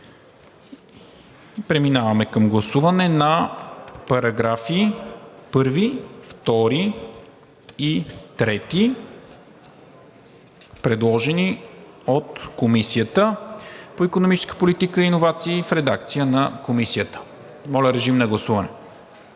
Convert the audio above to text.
Преминаваме към гласуване на параграфи 1, 2 и 3, предложени от Комисията по икономическа политика и иновации, в редакция на Комисията. Калин Иванов?